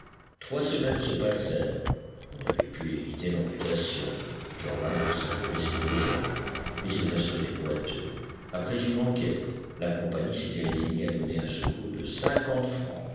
trois semaines se passèrent on avait pu éviter l'amputation jeanlin conserverait ses deux jambes mais il resterait boiteux après une enquête la compagnie s'était résignée à donner un secours de cinquante francs